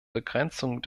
begrenzung